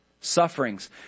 sufferings